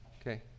okay